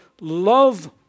love